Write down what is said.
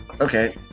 Okay